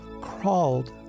crawled